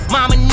Mama